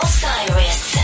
Osiris